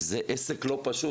וזה עסק לא פשוט.